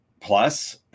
plus